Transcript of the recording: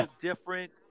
different